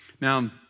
Now